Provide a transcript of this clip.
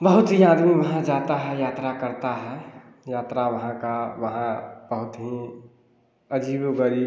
बहुत ही आदमी वहाँ जाता है यात्रा करता है यात्रा वहाँ का वहाँ बहुत ही अजीबो गरीब